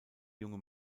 junge